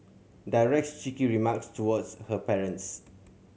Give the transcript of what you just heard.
directs cheeky remarks towards her parents